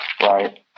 right